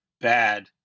bad